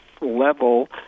level